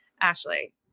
Ashley